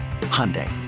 Hyundai